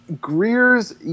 Greer's